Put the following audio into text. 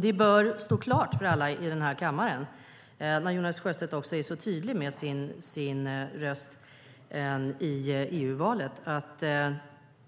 Det bör stå klart för alla i den här kammaren, när nu Jonas Sjöstedt är så tydlig med sin röst i EU-valet, att